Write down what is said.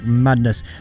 madness